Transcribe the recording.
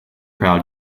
crowd